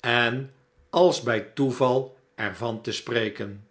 en als bjj toeval er van te spreken